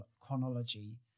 chronology